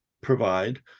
provide